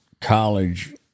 college